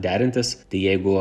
derintis tai jeigu